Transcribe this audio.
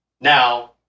Now